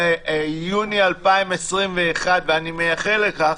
ביוני 2021, ואני מייחל לכך,